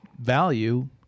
value